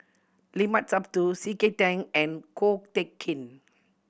Limat Sabtu C K Tang and Ko Teck Kin